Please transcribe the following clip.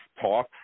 talk